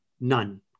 none